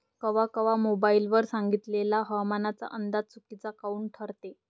कवा कवा मोबाईल वर सांगितलेला हवामानाचा अंदाज चुकीचा काऊन ठरते?